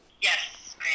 Yes